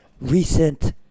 recent